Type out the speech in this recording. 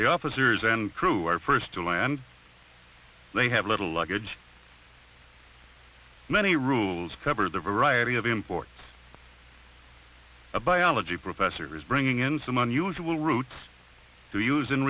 the officers and crew are first to land they have little luggage many rules cover the variety of imports a biology professor is bringing in some unusual routes